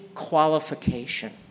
qualification